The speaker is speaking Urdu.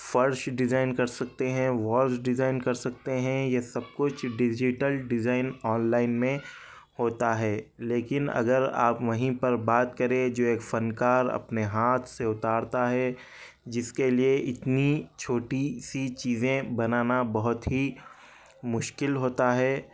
فرش ڈیزائن کر سکتے ہیں والز ڈیزائن کر سکتے ہیں یہ سب کچھ ڈیجیٹل ڈیزائن آن لائن میں ہوتا ہے لیکن اگر آپ وہیں پر بات کریں جو ایک فن کار اپنے ہاتھ سے اتارتا ہے جس کے لیے اتنی چھوٹی سی چیزیں بنانا بہت ہی مشکل ہوتا ہے